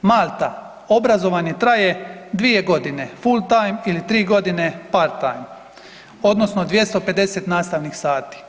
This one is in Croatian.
Malta obrazovanje traje 2 godine, full time ili 3 godine par time odnosno 250 nastavnih sati.